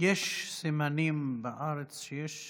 יש סימנים בארץ שיש